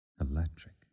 Electric